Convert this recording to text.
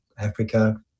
Africa